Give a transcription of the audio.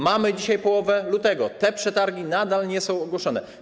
Mamy dzisiaj połowę lutego, te przetargi nadal nie są ogłoszone.